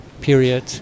period